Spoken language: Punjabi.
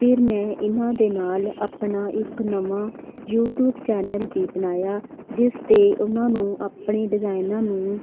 ਫਿਰ ਮੈਂ ਇਹਨਾਂ ਦੇ ਨਾਲ ਆਪਣਾ ਇੱਕ ਨਵਾਂ ਯੂਟੀਊਬ ਚੈਨਲ ਵੀ ਬਣਾਇਆ ਜਿਸ 'ਤੇ ਉਹਨਾਂ ਨੂੰ ਆਪਣੇ ਡਿਜ਼ਾਇਨਾਂ ਨੂੰ